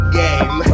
game